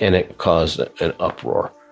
and it caused an uproar.